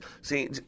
See